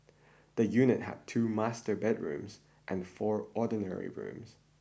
the unit had two master bedrooms and four ordinary rooms